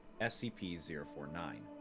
SCP-049